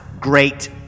Great